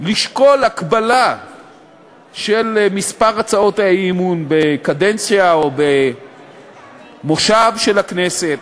לשקול הגבלה של מספר הצעות האי-אמון בקדנציה או במושב של הכנסת.